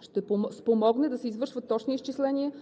ще спомогне да се извършат точни изчисления